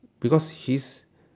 because his